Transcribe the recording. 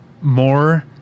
more